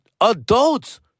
adults